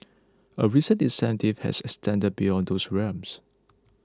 a recent initiative has extended beyond those realms